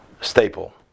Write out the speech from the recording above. staple